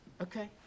okay